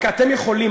אתם יכולים,